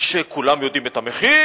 שכולם יודעים את המחיר,